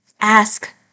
Ask